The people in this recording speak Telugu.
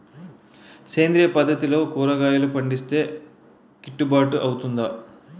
సేంద్రీయ పద్దతిలో కూరగాయలు పండిస్తే కిట్టుబాటు అవుతుందా?